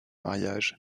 mariages